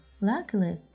Luckily